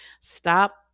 Stop